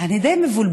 אני די מבולבלת.